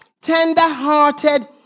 Tender-hearted